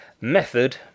Method